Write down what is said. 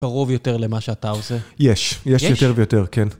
קרוב יותר למה שאתה עושה. יש, יש יותר ויותר, כן.